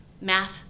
math